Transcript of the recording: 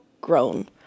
Grown